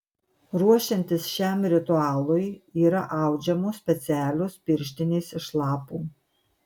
ruošiantis šiam ritualui yra audžiamos specialios pirštinės iš lapų